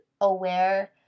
aware